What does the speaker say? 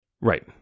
Right